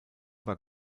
war